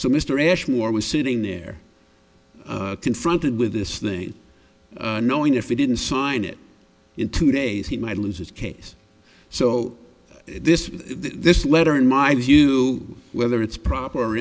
so mr ashmore was sitting there confronted with this thing knowing if he didn't sign it into days he might lose his case so this this letter in my view whether it's proper